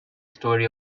story